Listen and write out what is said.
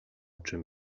czym